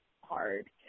hard